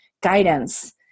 guidance